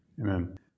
Amen